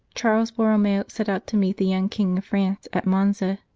charles borromeo set out to meet the young king of france at monza.